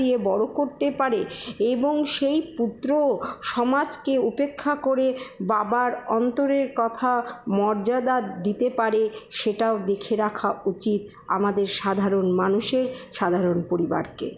দিয়ে বড়ো করতে পারে এবং সেই পুত্র সমাজকে উপেক্ষা করে বাবার অন্তরের কথা মর্যাদা দিতে পারে সেটাও দেখে রাখা উচিৎ আমাদের সাধারণ মানুষের সাধারণ পরিবারকে